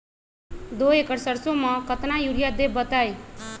दो एकड़ सरसो म केतना यूरिया देब बताई?